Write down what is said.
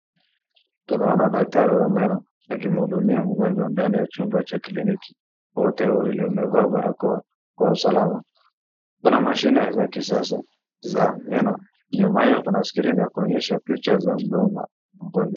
Tunaona daktari wa meno akimhudumia mgonjwa ndani ya chumba cha kliniki. Wote wawili wamevaa barakoa kwa usalama. Kuna mashine za kisasa za meno ambayo ikona skrini ya kuonyesha picha ya mdomo mgonjwa.